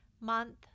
month